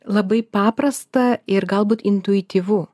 labai paprasta ir galbūt intuityvu